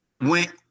Went